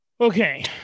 okay